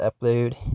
upload